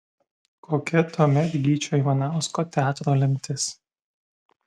kokia tuomet gyčio ivanausko teatro lemtis